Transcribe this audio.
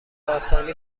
آسانی